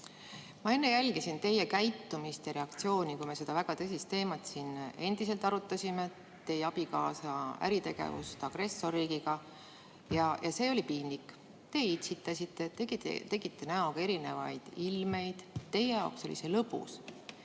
Ma enne jälgisin teie käitumist ja reaktsiooni, kui me seda väga tõsist teemat siin arutasime – teie abikaasa äritegevust agressorriigiga. See oli piinlik. Te itsitasite, tegite näoga erinevaid ilmeid, teie jaoks oli see lõbus.